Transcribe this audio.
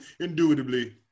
indubitably